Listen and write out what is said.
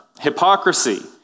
Hypocrisy